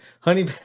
Honey